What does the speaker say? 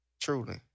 truly